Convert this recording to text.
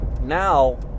now